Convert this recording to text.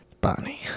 Bonnie